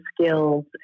skills